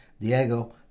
Diego